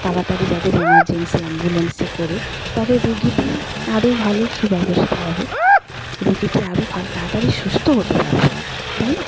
তাড়াতাড়ি যাদের ইমার্জেন্সি অ্যাম্বুলেন্সে করে তাহলে রোগীটির আরও ভালো সুব্যবস্থা হবে রোগীটি আরও ভালো তাড়াতাড়ি সুস্থ হতে পারবে তাই না